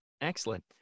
Excellent